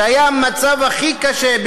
היה מצב הכי קשה,